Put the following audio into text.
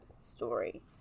story